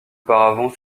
auparavant